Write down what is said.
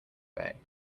bay